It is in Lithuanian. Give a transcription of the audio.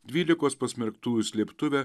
dvylikos pasmerktųjų slėptuvę